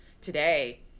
today